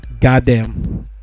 goddamn